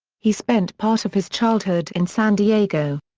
he spent part of his childhood in san diego.